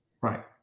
Right